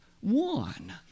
One